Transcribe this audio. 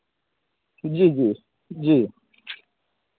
जी जी जी